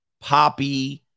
poppy